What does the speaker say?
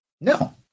No